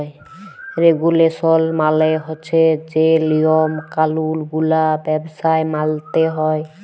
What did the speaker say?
রেগুলেসল মালে হছে যে লিয়ম কালুল গুলা ব্যবসায় মালতে হ্যয়